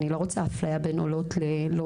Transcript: אני לא רוצה אפליה בין עולות ללא-עולות.